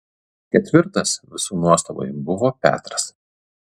ketvirtas visų nuostabai buvo petras